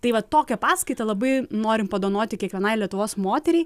tai vat tokią paskaitą labai norim padovanoti kiekvienai lietuvos moteriai